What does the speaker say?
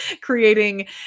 creating